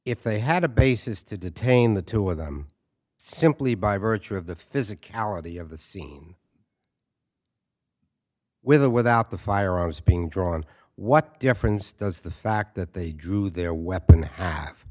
if they had a basis to detain the two of them simply by virtue of the physicality of the scene with or without the firearms being drawn what difference does the fact that they drew their weapon ha